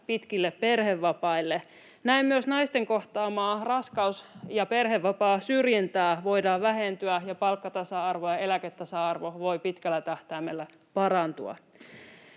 pitkille perhevapaille. Näin myös naisten kohtaama raskaus- ja perhevapaasyrjintä voi vähentyä ja palkkatasa-arvo ja eläketasa-arvo voi pitkällä tähtäimellä parantua.